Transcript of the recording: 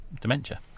dementia